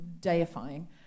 deifying